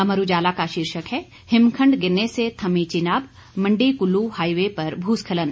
अमर उजाला का शीर्षक है हिमखंड गिरने से थमी चिनाब मंडी कुल्लू हाईवे पर भूस्खलन